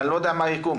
ואני לא יודע מה יקום,